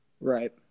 Right